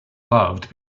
loved